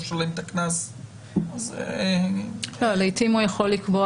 ממנו --- לעיתים בית המשפט יכול לקבוע